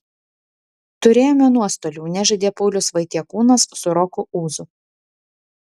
turėjome nuostolių nežaidė paulius vaitiekūnas su roku ūzu